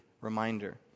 reminder